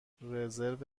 رزرو